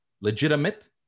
legitimate